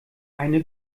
eine